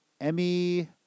Emmy